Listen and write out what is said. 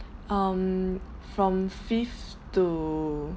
um from fifth to